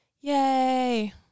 Yay